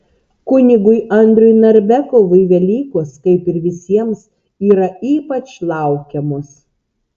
kunigui andriui narbekovui velykos kaip ir visiems yra ypač laukiamos